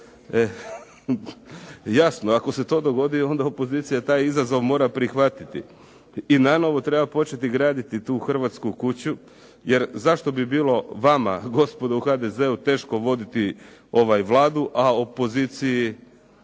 Jasno, ako se to dogodi onda opozicija taj izazov mora prihvatiti i nanovo treba početi graditi tu hrvatsku kuću jer zašto bi bilo vama gospodo u HDZ-u teško voditi Vladu a opoziciji